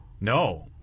No